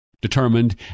Determined